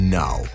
now